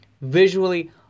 Visually